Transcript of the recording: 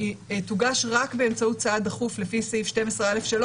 תוגש רק באמצעות סעד דחוף לפי סעיף 12(א)(3),